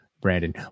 brandon